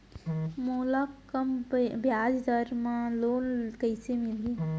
मोला कम ब्याजदर में लोन कइसे मिलही?